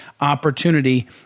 opportunity